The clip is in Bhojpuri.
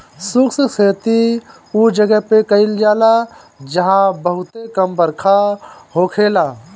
शुष्क खेती उ जगह पे कईल जाला जहां बहुते कम बरखा होखेला